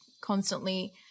constantly